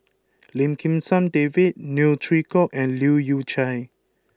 Lim Kim San David Neo Chwee Kok and Leu Yew Chye